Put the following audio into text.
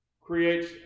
creates